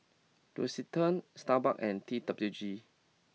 L'Occitane Starbucks and T W G